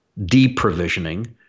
deprovisioning